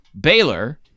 Baylor